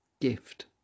Gift